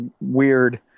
weird